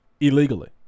illegally